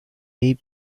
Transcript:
may